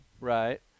Right